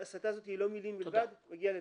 ההסתה הזאת היא לא מילים בלבד, זה מגיע לפגיעה.